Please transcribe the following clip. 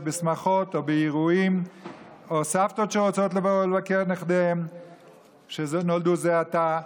בשמחות או באירועים או סבתות שרוצות לבוא לבקר את נכדיהן שנולדו זה עתה.